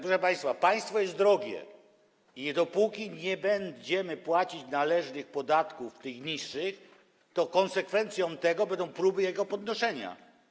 Proszę państwa, państwo jest drogie i dopóki nie będziemy płacić należnych podatków, tych niższych, to konsekwencją tego będą próby ich podnoszenia.